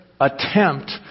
attempt